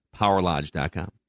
PowerLodge.com